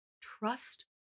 trust